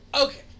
Okay